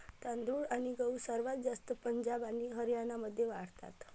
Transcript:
तांदूळ आणि गहू सर्वात जास्त पंजाब आणि हरियाणामध्ये वाढतात